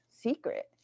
secret